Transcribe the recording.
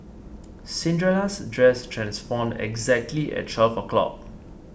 Cinderella's dress transformed exactly at twelve o' clock